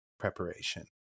preparation